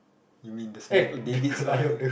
you mean the Davids all